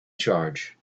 charge